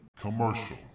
Commercial